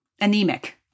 anemic